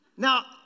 Now